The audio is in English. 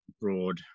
Broad